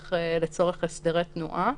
לצורך הסדרי תנועה.